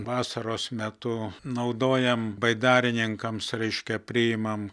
vasaros metu naudojam baidarininkams reiškia priimam